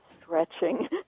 stretching